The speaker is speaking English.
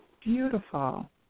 Beautiful